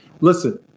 Listen